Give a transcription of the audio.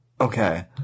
Okay